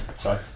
Sorry